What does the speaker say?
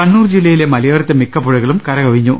കണ്ണൂർ ജില്ലയിലെ മലയോരത്തെ മിക്ക പുഴകളും കരകവിഞ്ഞു